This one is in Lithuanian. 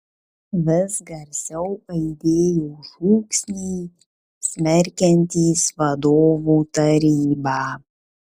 vis garsiau aidėjo šūksniai smerkiantys vadovų tarybą